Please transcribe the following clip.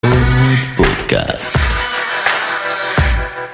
עוד פודקאסט.